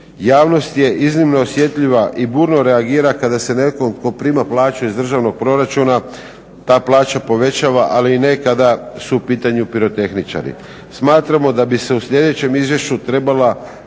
Javnost je iznimno osjetljiva i burno reagira kada se nekom tko prima plaću iz državnog proračuna ta plaća povećava, ali ne kada su u pitanju pirotehničari. Smatramo da bi se u sljedećem izvješću trebala